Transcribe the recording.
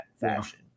fashion